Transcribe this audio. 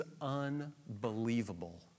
unbelievable